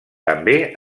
també